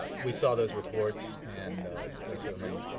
we saw those reports and they certainly